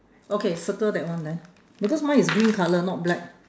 okay circle that one then because mine is green colour not black